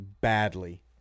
badly